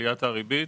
עליית הריבית,